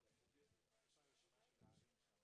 אבל לפני שאני פותח את הישיבה,